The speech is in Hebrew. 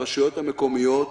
הרשויות המקומיות,